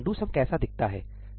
'do sum' कैसा दिखता है